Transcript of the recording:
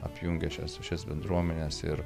apjungia šias šias bendruomenes ir